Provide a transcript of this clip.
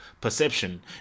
perception